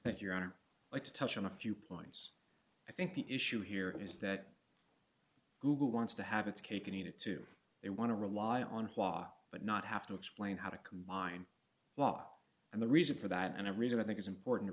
that you're on or like to touch on a few points i think the issue here is that google wants to have its cake and eat it too they want to rely on why but not have to explain how to combine law and the reason for that and a reason i think is important to